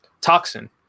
toxin